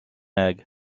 egg